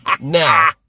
Now